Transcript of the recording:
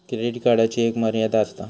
credit कार्डची एक मर्यादा आसता